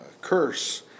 curse